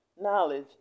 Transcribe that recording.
knowledge